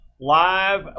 live